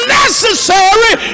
necessary